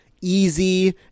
easy